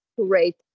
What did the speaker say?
great